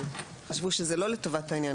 חשבו שזה לא לטובת העניין.